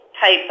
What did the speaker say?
type